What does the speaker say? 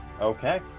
Okay